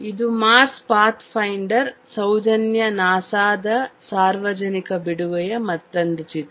ಇದು Mars Pathfinder ಸೌಜನ್ಯ ನಾಸಾದ ಸಾರ್ವಜನಿಕ ಬಿಡುಗಡೆಯ ಮತ್ತೊಂದು ಚಿತ್ರ